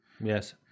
yes